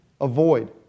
Avoid